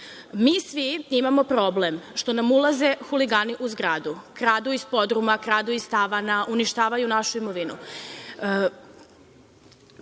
Mi svi imamo problem što nam ulaze huligani u zgradu, kradu iz podruma, kradu sa tavana, uništavaju našu imovinu.